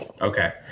Okay